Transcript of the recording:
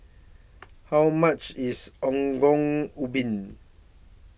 How much IS Ongol Ubi